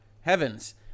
Heavens